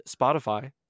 Spotify